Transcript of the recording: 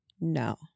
No